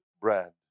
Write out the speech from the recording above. bread